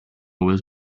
was